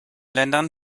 ländern